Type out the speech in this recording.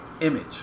Image